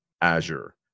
Azure